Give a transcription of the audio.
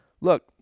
Look